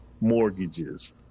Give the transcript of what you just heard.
mortgages